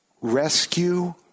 rescue